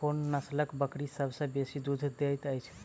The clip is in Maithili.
कोन नसलक बकरी सबसँ बेसी दूध देइत अछि?